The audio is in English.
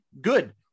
Good